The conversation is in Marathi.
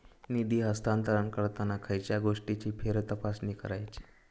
निधी हस्तांतरण करताना खयच्या गोष्टींची फेरतपासणी करायची?